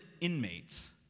inmates